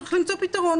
צריך למצוא פתרון.